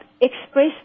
express